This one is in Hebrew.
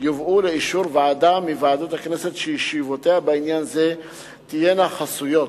יובאו לאישור "ועדה מוועדות הכנסת שישיבותיה בעניין זה תהיינה חסויות".